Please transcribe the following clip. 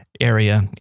area